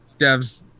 devs